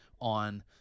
on